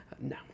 No